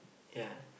ya